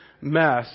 mess